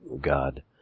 God